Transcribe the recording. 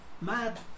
mad